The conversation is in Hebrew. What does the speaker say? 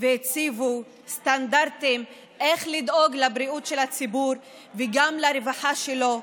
והציבו סטנדרטים איך לדאוג לבריאות של הציבור וגם לרווחה שלו.